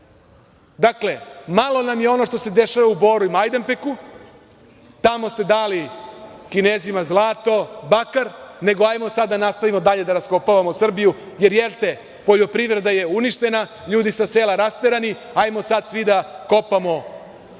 malo nam je ono što se dešava u Boru i Majdanpeku, tamo ste dali Kinezima zlato, bakar, nego ajmo sada da nastavimo dalje da raskopavamo Srbiju, jer poljoprivreda je uništena, ljudi sa sela rasterani, ajmo sad svi da kopamo u